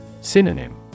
Synonym